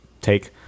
take